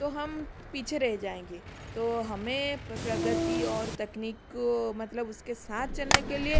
तो हम पीछे रह जाएंगे तो हमें प्रगति और तकनीक को मतलब उसके साथ चलने के लिए